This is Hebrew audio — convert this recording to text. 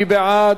מי בעד?